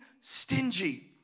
stingy